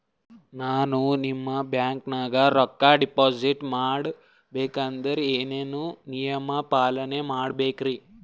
ನಾನು ನಿಮ್ಮ ಬ್ಯಾಂಕನಾಗ ರೊಕ್ಕಾ ಡಿಪಾಜಿಟ್ ಮಾಡ ಬೇಕಂದ್ರ ಏನೇನು ನಿಯಮ ಪಾಲನೇ ಮಾಡ್ಬೇಕ್ರಿ?